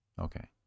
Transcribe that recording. Okay